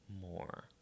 more